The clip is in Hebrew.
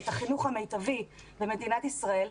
את החינוך המיטבי במדינת ישראל,